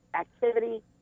activity